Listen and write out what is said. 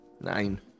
Nine